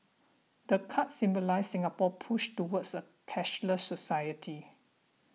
the card symbolises Singapore's push towards a cashless society